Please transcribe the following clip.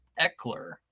Eckler